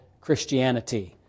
Christianity